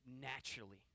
naturally